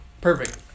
Perfect